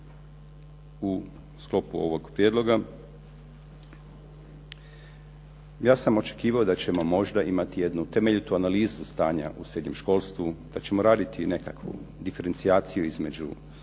u sklopu ovog prijedloga, ja sam očekivao da ćemo imati možda jednu temeljitu analizu stanja u srednjem školstvu, da ćemo radit neku diferencijaciju između